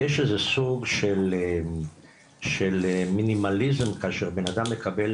יש איזה סוג של מינימליזם כאשר בנאדם מקבל